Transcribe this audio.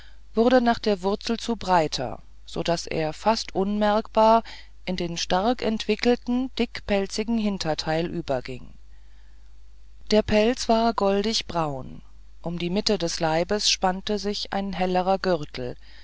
wurde nach der wurzel zu breiter so daß er fast unmerkbar in den stark entwickelten dickpelzigen hinterteil überging der pelz war goldigbraun um die mitte des leibes spannte sich ein hellerer gürtel